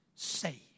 Saved